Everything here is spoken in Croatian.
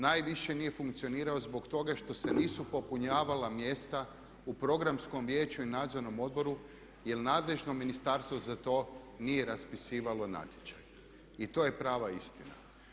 Najviše nije funkcionirao zbog toga što se nisu popunjavala mjesta u programskom vijeću i nadzornom odboru jer nadležno ministarstvo za to nije raspisivalo natječaj i to je prava istina.